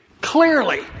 clearly